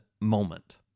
moment